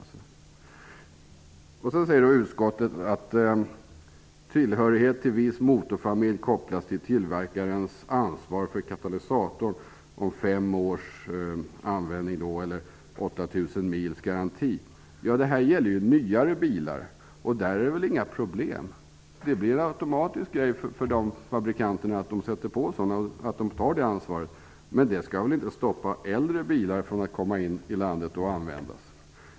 Utskottet säger att frågan om tillhörighet till viss motorfamilj skall kopplas till tillverkarens ansvar för katalysator efter fem års användning eller med 8 000-mils-garanti. Detta gäller nyare bilar. Där är det väl inga problem, eftersom fabrikanterna automatiskt tar ansvar för detta. Men det skall väl inte hindra att äldre bilar kommer in i landet och används.